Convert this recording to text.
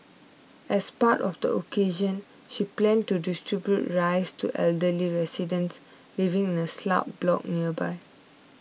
as part of the occasion she planned to distribute rice to elderly residents living in a slab block nearby